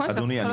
תודה רבה, אדוני.